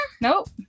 Nope